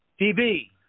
DB